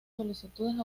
solicitudes